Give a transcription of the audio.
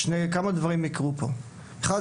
שכמה דברים יקרו פה: קודם כל,